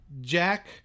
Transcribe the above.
Jack